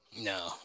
No